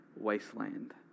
wasteland